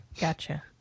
Gotcha